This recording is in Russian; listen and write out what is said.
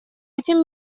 этим